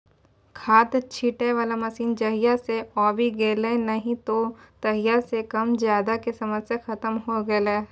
खाद छीटै वाला मशीन जहिया सॅ आबी गेलै नी हो तहिया सॅ कम ज्यादा के समस्या खतम होय गेलै